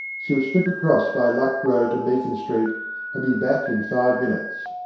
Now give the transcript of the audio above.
she would slip across by luck row to meakin street and be back in five minutes.